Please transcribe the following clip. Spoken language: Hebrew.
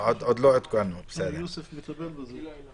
יוסף מטפל בזה.